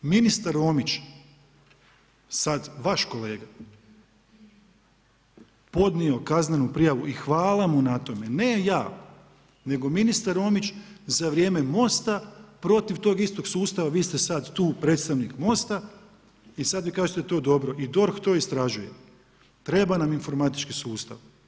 Ministar Romić, sad vaš kolega, podnio je kaznenu prijavu i hvala mu na tome, ne ja, nego ministar Romić za vrijeme MOST-a protiv tog istog sustava vi ste sad tu predstavnik MOST-a i sad vi kažete to je dobro i DORH to istražuje, treba nam informatički sustav.